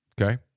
Okay